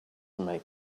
make